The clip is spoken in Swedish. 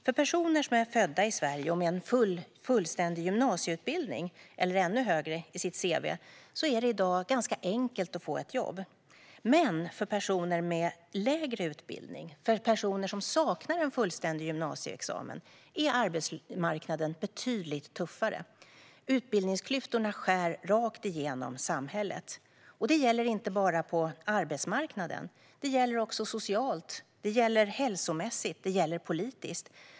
För personer som är födda i Sverige och har en fullständig gymnasieutbildning eller ännu högre i sitt cv är det i dag ganska enkelt att få ett jobb. Men för personer med lägre utbildning - personer som saknar en fullständig gymnasieexamen - är arbetsmarknaden betydligt tuffare. Utbildningsklyftorna skär rakt igenom samhället. Det gäller inte bara på arbetsmarknaden, utan det gäller också socialt, hälsomässigt och politiskt.